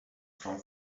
from